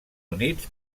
units